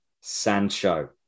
Sancho